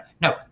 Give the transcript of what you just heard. No